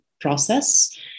process